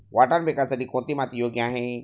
वाटाणा पिकासाठी कोणती माती योग्य आहे?